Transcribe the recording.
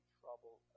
trouble